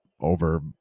over